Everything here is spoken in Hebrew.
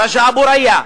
רג'א אבו-ריא.